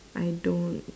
I don't